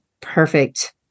perfect